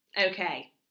okay